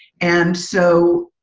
and so,